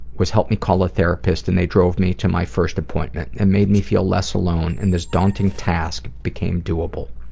was help me call a therapist and they drove me to my first appointment. it and made me feel less alone and this daunting task became doable.